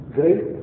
great